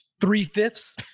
three-fifths